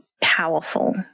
powerful